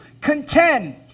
contend